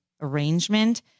arrangement